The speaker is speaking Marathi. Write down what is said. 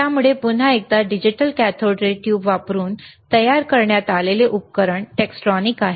त्यामुळे पुन्हा एकदा डिजिटल कॅथोड रे ट्यूब वापरून तयार करण्यात आलेले उपकरण Tektronix आहे